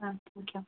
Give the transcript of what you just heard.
thanking